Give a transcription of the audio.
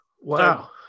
Wow